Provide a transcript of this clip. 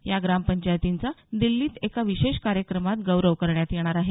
या ग्रामपंचायतींचा दिल्लीत एका विशेष कार्यक्रमात गौरव करण्यात येणार आहे